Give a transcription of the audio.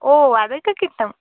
ഓഹ് അതൊക്കെ കിട്ടും